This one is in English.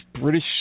British